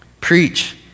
preach